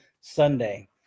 Sunday